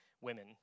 women